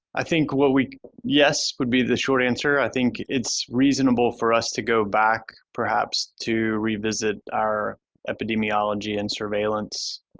i think what we yes would be the short answer. i think it's reasonable for us to go back perhaps to revisit our epidemiology and surveillance